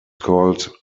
called